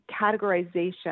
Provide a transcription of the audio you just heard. categorization